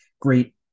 great